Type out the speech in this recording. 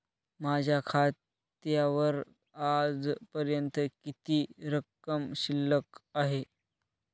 माझ्या खात्यावर आजपर्यंत किती रक्कम शिल्लक आहे?